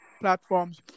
platforms